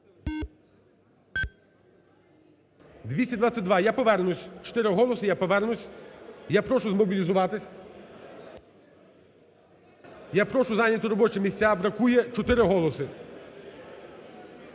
За-222 Я повернусь, 4 голоси, я повернусь, я прошу змобілізуватись, я прошу зайняти робочі місця, бракує 4 голоси.